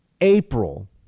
April